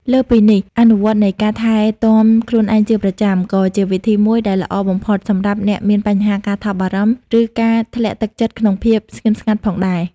លើសពីនេះ អនុវត្តនៃការថែទាំខ្លួនឯងជាប្រចាំក៏ជាវិធីមួយដែលល្អបំផុតសម្រាប់អ្នកមានបញ្ហាការថប់បារម្ភ ឬការធ្លាក់ទឹកចិត្តក្នុងភាពស្ងៀមស្ងាត់ផងដែរ។